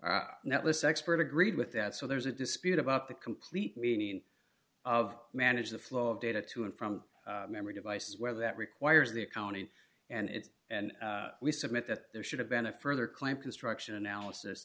and that this expert agreed with that so there's a dispute about the complete meaning of manage the flow of data to and from memory devices where that requires the accounting and it's and we submit that there should have been a further claim construction analysis